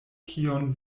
kion